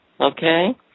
Okay